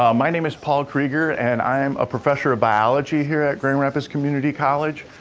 um my name is paul krieger, and i am a professor of biology here at grand rapids community college,